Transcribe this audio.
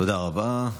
תודה רבה.